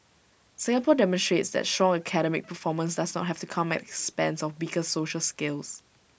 Singapore demonstrates that strong academic performance does not have to come at the expense of weaker social skills